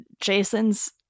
Jason's